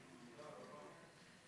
תודה רבה.